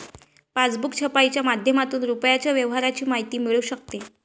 passbook छपाईच्या माध्यमातून रुपयाच्या व्यवहाराची माहिती मिळू शकते